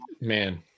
Man